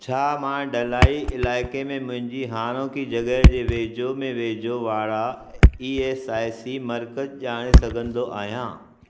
छा मां ढलाई इलाइक़े में मुंहिंजी हाणोकी जॻहि जे वेझो में वेझो वारा ई एस आई सी मर्कज़ ॼाणे सघंदो आहियां